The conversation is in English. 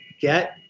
get